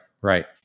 Right